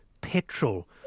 petrol